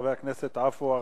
חבר הכנסת עפו אגבאריה.